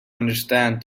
understand